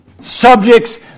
subjects